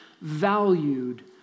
valued